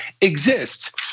exists